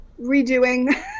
redoing